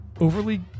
overly